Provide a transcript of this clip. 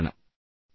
கவனமாக இருங்கள்